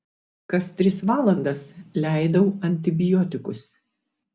kas tris valandas leidau antibiotikus